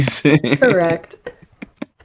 Correct